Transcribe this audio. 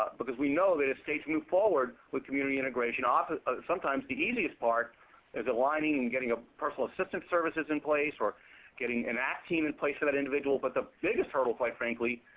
because we know that as states move forward with community integration, sometimes the easiest part is aligning and getting ah personal assistance services in place or getting an act team in place for that individual. but the biggest hurdle quite frankly,